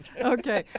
Okay